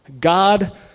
God